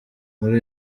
muri